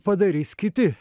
padarys kiti